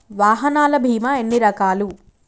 వాహనాల బీమా ఎన్ని రకాలు?